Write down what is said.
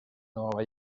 nueva